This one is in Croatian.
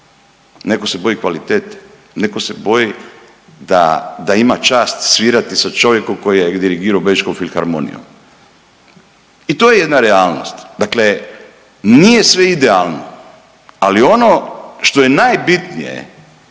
Netko se boji kvalitete, netko se boji da ima čast svirati sa čovjekom koji je dirigirao Bečkom filharmonijom. I to je jedna realnost. Dakle, nije sve idealno, ali ono što je najbitnije